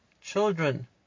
children